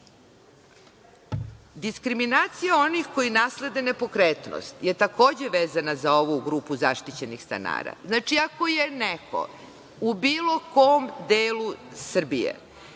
sud. Diskriminacija onih koji naslede nepokretnost je takođe vezana za ovu grupu zaštićenih stanara. Znači, ako je neko u bilo kom delu Srbije